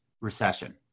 recession